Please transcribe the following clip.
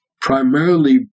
primarily